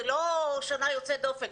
זה לא שנה יוצאת דופן.